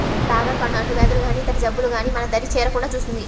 dragon పండు అంటువ్యాధులు గానీ ఇతర ఏ జబ్బులు గానీ మన దరి చేరకుండా చూస్తుంది